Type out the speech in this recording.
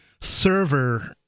server